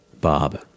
Bob